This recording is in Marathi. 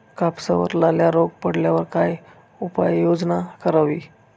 कापसावर लाल्या रोग पडल्यावर काय उपाययोजना करावी?